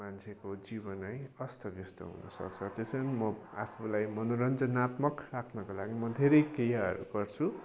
मान्छेको जीवन है अस्तव्यस्त हुनसक्छ त्यसरी नै म आफूलाई मनोरञ्जनात्मक राख्नुको लागि म धेरै क्रियाहरू गर्छु